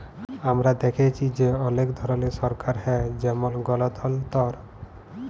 আমরা দ্যাখেচি যে অলেক ধরলের সরকার হ্যয় যেমল গলতলতর